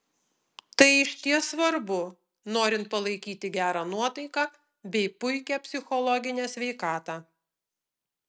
tai išties svarbu norint palaikyti gerą nuotaiką bei puikią psichologinę sveikatą